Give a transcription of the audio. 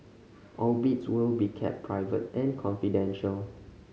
all bids will be kept private and confidential